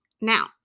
Now